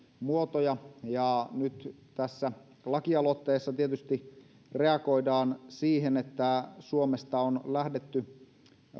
muotoja ja nyt tässä lakialoitteessa tietysti reagoidaan siihen että suomesta on lähdetty